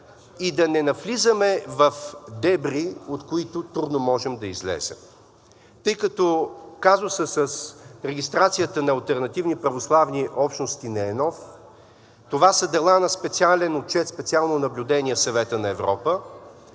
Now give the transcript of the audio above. и да не навлизаме в дебри, от които трудно можем да излезем, тъй като казусът с регистрацията на алтернативни православни общности не е нов. Това са дела на специален отчет, специално наблюдение в Съвета на Европа,